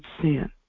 sin